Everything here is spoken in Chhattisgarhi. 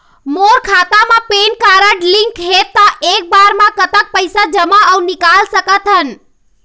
मोर खाता मा पेन कारड लिंक हे ता एक बार मा कतक पैसा जमा अऊ निकाल सकथन?